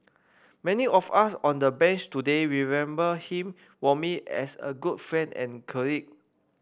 many of us on the Bench today remember him warmly as a good friend and colleague